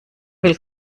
will